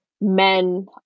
men